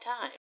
time